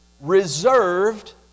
Reserved